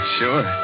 sure